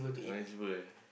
uh